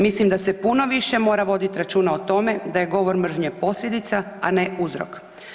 Mislim da se puno više mora voditi računa o tome da je govor mržnje posljedica, a ne uzrok.